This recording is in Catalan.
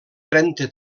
trenta